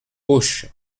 auch